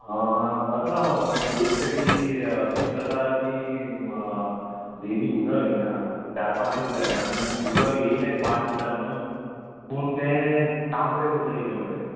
पात्रांव एक तरी कित जाता की डेयली उदक येयना चार पांच दीस जाले आनी उदक येयले पांच दिसान न्हू पूण तें तांबडे उदक येयलें मरे